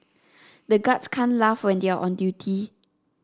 the guards can't laugh when they are on duty